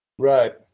Right